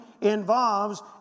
involves